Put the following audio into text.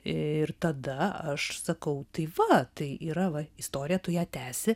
ir tada aš sakau tai va tai yra va istoriją tu ją tęsi